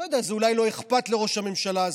זה אולי לא אכפת לראש הממשלה,